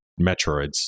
Metroids